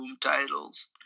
titles